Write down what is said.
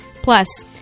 Plus